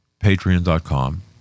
patreon.com